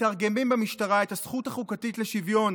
מתרגמים במשטרה את הזכות החוקתית לשוויון